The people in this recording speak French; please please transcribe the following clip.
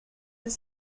dix